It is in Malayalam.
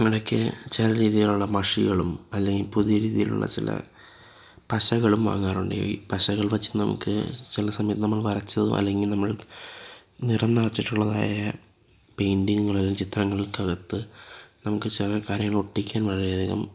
ഇടക്ക് ചില രീതിയിലുള്ള മഷികളും അല്ലേല് പുതിയ രീതിയിലുള്ള ചില പശകളും വാങ്ങാറുണ്ട് ഈ പശകൾ വെച്ചു നമുക്ക് ചില സമയം നമ്മള് വരച്ചതോ അല്ലെങ്കില് നമ്മള് നിറം നിറച്ചിട്ടുള്ളതായ പെയിന്റിംഗുകൾ ചിത്രങ്ങൾക്കകത്ത് നമുക്ക് ചില കാര്യങ്ങള് ഒട്ടിക്കാന് വളരെയധികം